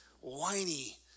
whiny